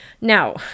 now